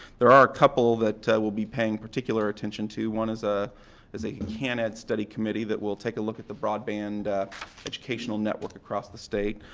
there are a couple that we'll be paying particular attention to, one is ah is a kan-ed study committee that will take a look at the broadband educational network across the state.